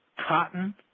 cotton,